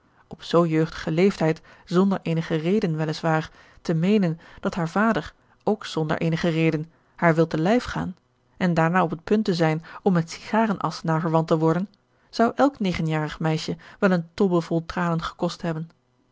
op zoo jeugdigen leeftijd zonder eenige reden wel is waar te meenen dat haar vader ook zonder eenige reden haar wil te lijf gaan en daarna op het punt te zijn om met sigarenasch naverwant te worden zou elk negenjarig meisje wel eene tobbe vol tranen gekost hebben